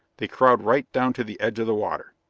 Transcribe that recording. they crowd right down to the edge of the water.